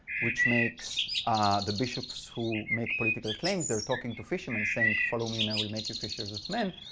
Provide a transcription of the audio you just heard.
which makes the bishops who make political claims, they are talking to fishermen saying follow me, now we make you fishers of men,